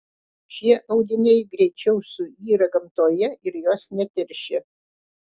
šie audiniai greičiau suyra gamtoje ir jos neteršia